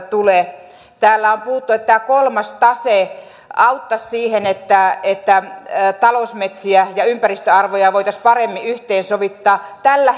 tule täällä on puhuttu että tämä kolmas tase auttaisi siihen että että talousmetsiä ja ympäristöarvoja voitaisiin paremmin yhteensovittaa tällä